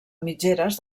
mitgeres